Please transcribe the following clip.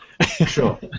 Sure